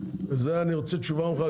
אני רוצה תשובה ממך,